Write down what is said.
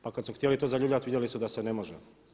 Pa kad su htjeli to zaljuljati vidjeli su da se ne može.